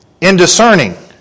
indiscerning